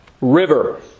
river